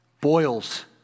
boils